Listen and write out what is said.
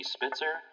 Spitzer